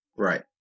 Right